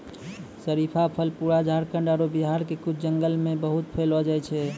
शरीफा फल पूरा झारखंड आरो बिहार के कुछ जंगल मॅ बहुत पैलो जाय छै